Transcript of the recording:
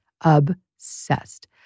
obsessed